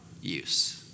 use